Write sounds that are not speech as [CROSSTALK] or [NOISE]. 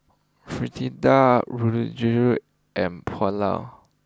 Fritada [UNINTELLIGIBLE] and Pulao